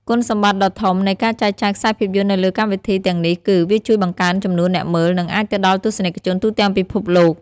គុណសម្បត្តិដ៏ធំនៃការចែកចាយខ្សែភាពយន្តនៅលើកម្មវិធីទាំងនេះគឺ វាជួយបង្កើនចំនួនអ្នកមើល និងអាចទៅដល់ទស្សនិកជនទូទាំងពិភពលោក។